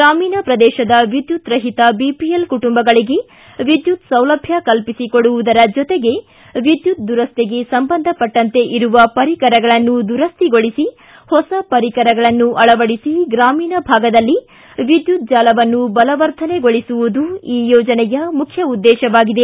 ಗ್ರಾಮೀಣ ಪ್ರದೇಶದ ವಿದ್ಯುತ್ ರಹಿತ ಬಿಪಿಎಲ್ ಕುಟುಂಬಗಳಗೆ ವಿದ್ಯುತ್ ಸೌಲಭ್ದ ಕಲ್ಪಿಸಿಕೊಡುವುದರ ಜೊತೆಗೆ ವಿದ್ಯುತ್ ದುರಸ್ತಿಗೆ ಸಂಬಂಧಪಟ್ಟಂತೆ ಇರುವ ಪರಿಕರಗಳನ್ನು ದುರಸ್ತಿಗೊಳಿಸಿ ಹೊಸ ಪರಿಕರಗಳನ್ನು ಅಳವಡಿಸುವುದರ ಜೊತೆಗೆ ಗ್ರಾಮೀಣ ಭಾಗದಲ್ಲಿ ವಿದ್ಯುತ್ ಜಾಲವನ್ನು ಬಲವರ್ಧನೆಗೊಳಿಸುವುದು ಈ ಯೋಜನೆಯ ಮುಖ್ಯ ಉದ್ವೇಶವಾಗಿದೆ